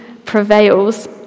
prevails